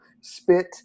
spit